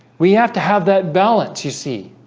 we have to have that balance you see